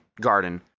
garden